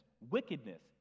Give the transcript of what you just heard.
wickedness